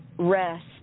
rest